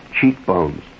cheekbones